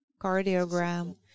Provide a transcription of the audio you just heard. cardiogram